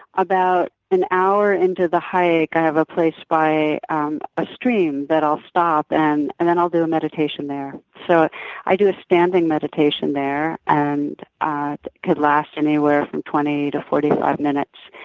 about an hour into the hike, i have a place by um a stream that i'll stop and and then i'll do a meditation there. so i do a standing meditation there and ah it could last anywhere from twenty to forty five minutes.